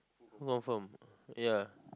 confirm ya